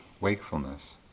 wakefulness